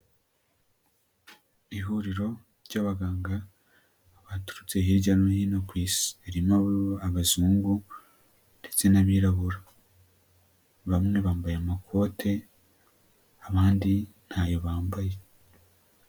Ihuriro ry'abaganga baturutse hirya no hino ku isi, ririmo Abazungu ndetse n'Abirabura. Bamwe bambaye amakote abandi ntayo bambaye.